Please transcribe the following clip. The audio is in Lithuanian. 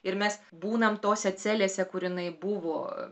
ir mes būnam tose celėse kur jinai buvo